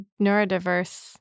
neurodiverse